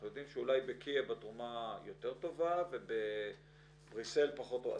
אנחנו יודעים שאולי בקייב התרומה יותר טובה ובבריסל פחות טובה?